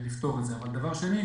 אבל שנית,